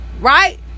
right